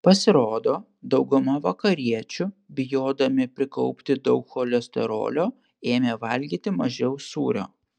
pasirodo dauguma vakariečių bijodami prikaupti daug cholesterolio ėmė valgyti mažiau sūrio